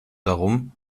darum